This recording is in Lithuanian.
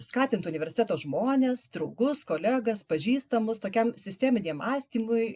skatint universiteto žmones draugus kolegas pažįstamus tokiam sisteminiam mąstymui